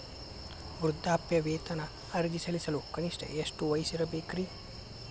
ವೃದ್ಧಾಪ್ಯವೇತನ ಅರ್ಜಿ ಸಲ್ಲಿಸಲು ಕನಿಷ್ಟ ಎಷ್ಟು ವಯಸ್ಸಿರಬೇಕ್ರಿ?